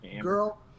girl